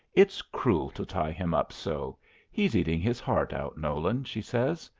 it's cruel to tie him up so he's eating his heart out, nolan, she says.